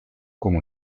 como